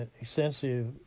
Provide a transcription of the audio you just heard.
extensive